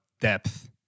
depth